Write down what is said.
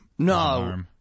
No